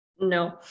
No